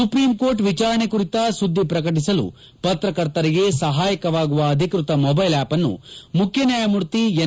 supreme court ವಿಚಾರಣೆ ಕುರಿತ ಸುದ್ದಿ ಪ್ರಕಟಿಸಲು ಪತ್ರಕರ್ತರಿಗೆ ಸಹಾಯಕವಾಗುವ ಅಧಿಕೃತ ಮೊಬೈಲ್ ಆಪ್ ಅನ್ನು ಮುಖ್ಯ ನ್ಯಾಯಮೂರ್ತಿ ಎನ್